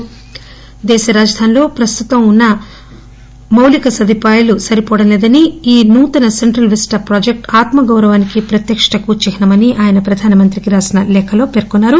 జాతీయ రాజధానిలో ప్రస్తుతం ఉన్న అవసరమైనంత మౌలిక సదుపాయాలు లేవని ఈ నూతన సెంట్రల్ విస్టా ప్రాజెక్టు ఆత్మగౌరవానికి ప్రతిష్ఠకు చిహ్న మని ఆయన ప్రధానమంత్రికి రాసిన లేఖలో పెర్కొన్నారు